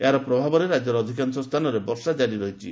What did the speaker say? ଏହାର ପ୍ରଭାବରେ ରାଜ୍ୟର ଅଧିକାଂଶ ସ୍ଥାନରେ ବର୍ଷା ଜାରି ରହିଛି